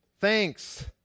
thanks